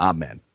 Amen